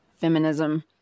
feminism